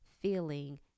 feeling